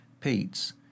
Pete's